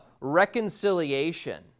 reconciliation